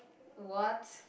what